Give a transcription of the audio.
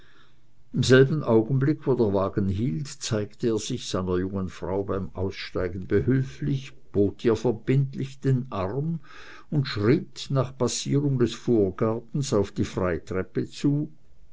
im selben augenblicke wo der wagen hielt zeigte er sich seiner jungen frau beim aussteigen behülflich bot ihr verbindlich den arm und schritt nach passierung des vorgartens auf die freitreppe zu